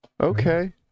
Okay